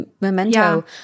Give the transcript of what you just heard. memento